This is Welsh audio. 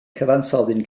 cyfansoddyn